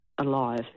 alive